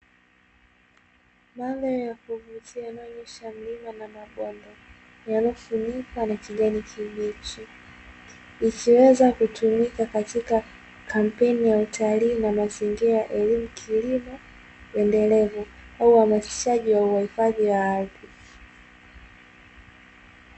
Mandhari ya kuvutia inayoonyesha mlima na mabonde yaliyofunikwa na kijani kibichi, ikiweza kutumika katika kampeni ya utalii na mazingira, elimu kilimo endelevu au uhamasishaji wa uhifadhi wa ardhi.